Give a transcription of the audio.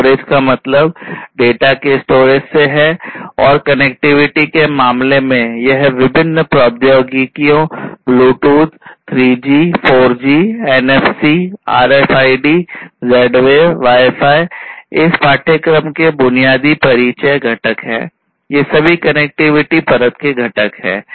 storage का मतलब data इस पाठ्यक्रम के बुनियादी परिचय घटक है ये सभी कनेक्टिविटी परत के घटक हैं